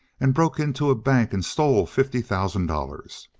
and broke into a bank and stole fifty thousand dollars.